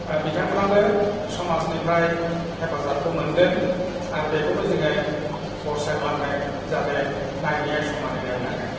बिथांमोनहाबो समाजनिफ्राय हेफाजाबखौ मोनगोन आरो बेखौनो जोङो भरसा खालामदों जाहाथे नायनाया समानै नायलाङो